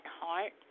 heart